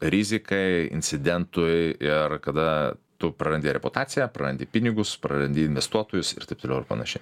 rizikai incidentui ir kada tu prarandi reputaciją prarandi pinigus prarandi investuotojus ir taip toliau ir panašiai